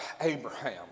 Abraham